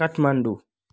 Kathmandu